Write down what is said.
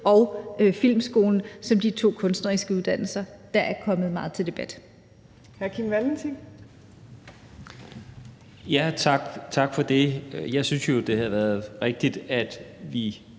og Filmskolen, som er de to kunstneriske uddannelser, der er kommet meget til debat.